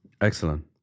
Excellent